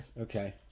okay